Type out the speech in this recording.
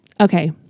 Okay